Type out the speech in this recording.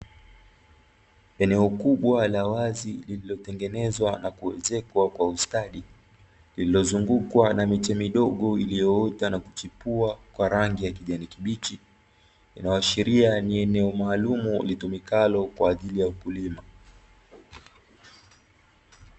Eneo kubwa la wazi, lililotengenezwa na kuezekwa kwa ustadi, lililozungukwa na miche midogo iliyoota na kuchipua kwa rangi ya kijani kibichi, inayoashiria ni eneo maalumu litumikalo kwa ajili ya ukulima.